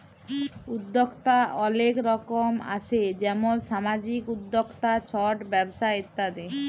উদ্যক্তা অলেক রকম আসে যেমল সামাজিক উদ্যক্তা, ছট ব্যবসা ইত্যাদি